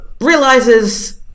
realizes